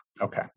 Okay